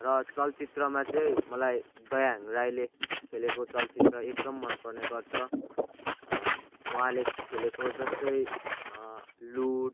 र चलचित्रमा चाहिँ मलाई दयाहाङ राईले खेलेको चलचित्र एकदम मन पर्ने गर्छ उहाँले खेलेको जस्तै लुट